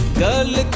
girl